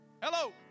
Hello